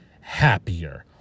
happier